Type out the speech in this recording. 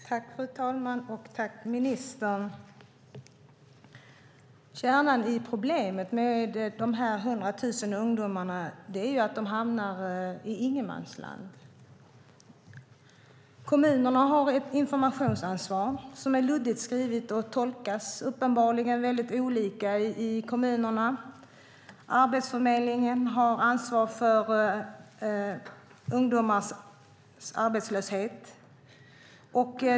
Fru talman! Tack, ministern! Kärnan i problemet med dessa 100 000 ungdomar är att de hamnar i ett ingenmansland. Kommunerna har ett informationsansvar som är luddigt skrivet och uppenbarligen tolkas väldigt olika i kommunerna. Arbetsförmedlingen har ansvar för ungdomars arbetslöshet.